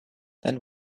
than